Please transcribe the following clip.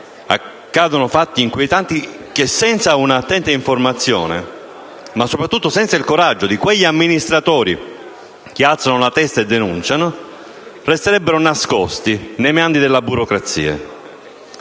accadono fatti inquietanti che, senza un'attenta informazione, ma soprattutto senza il coraggio di quegli amministratori che alzano la testa e denunciano, resterebbero nascosti nei meandri della burocrazia.